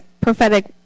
prophetic